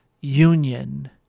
union